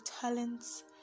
talents